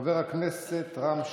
חבר הכנסת רם שפע.